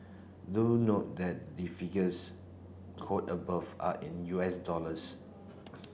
do note that the figures quote above are in U S dollars